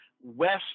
west